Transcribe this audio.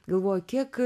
galvoju kiek